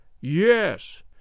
Yes